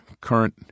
current